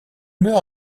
meurt